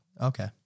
Okay